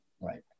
Right